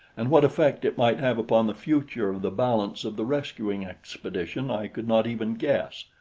and what effect it might have upon the future of the balance of the rescuing expedition i could not even guess.